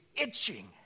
itching